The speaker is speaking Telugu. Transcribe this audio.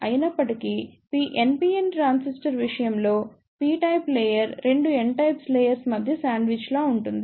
అయినప్పటికీ NPN ట్రాన్సిస్టర్ విషయంలో p టైప్ లేయర్ రెండు n టైప్స్ లేయర్ ల మధ్య శాండ్విచ్ లా ఉంటుంది